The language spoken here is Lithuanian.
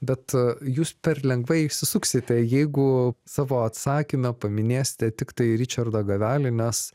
bet jūs per lengvai išsisuksite jeigu savo atsakyme paminėsite tiktai ričardą gavelį nes